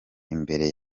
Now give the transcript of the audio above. imbere